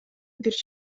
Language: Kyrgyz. бир